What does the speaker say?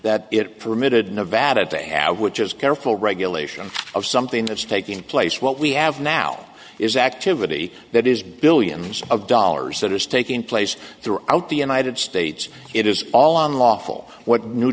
that it permitted nevada to add which is careful regulation of something that's taking place what we have now is activity that is billions of dollars that is taking place throughout the united states it is all on lawful what new